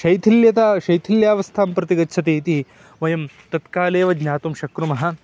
शैथिल्यता शैथिल्यावस्थां प्रति गच्छति इति वयं तत्कालेव ज्ञातुं शक्नुमः